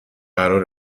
قرار